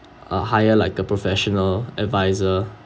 uh hire like a professional advisor